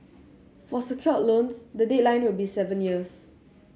for secured loans the deadline will be seven years